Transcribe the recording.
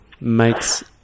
makes